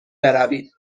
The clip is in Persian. بروید